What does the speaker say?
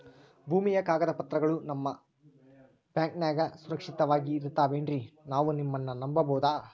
ಭೂಮಿಯ ಕಾಗದ ಪತ್ರಗಳು ನಿಮ್ಮ ಬ್ಯಾಂಕನಾಗ ಸುರಕ್ಷಿತವಾಗಿ ಇರತಾವೇನ್ರಿ ನಾವು ನಿಮ್ಮನ್ನ ನಮ್ ಬಬಹುದೇನ್ರಿ?